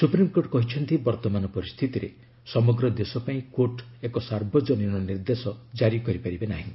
supreme court କହିଛନ୍ତି ବର୍ତ୍ତମାନ ପରିସ୍ଥିତିରେ ସମଗ୍ର ଦେଶ ପାଇଁ କୋର୍ଟ ଏକ ସାର୍ବଜନୀନ ନିର୍ଦ୍ଦେଶ ଜାରି କରିପାରିବେ ନାହିଁ